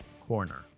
Corner